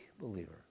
believer